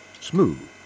smooth